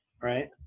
right